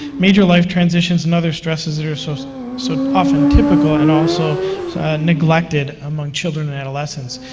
major life transitions and other stresses that are so so so often typical and also neglected among children and adolescents.